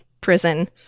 prison